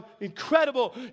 incredible